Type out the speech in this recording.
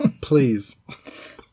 Please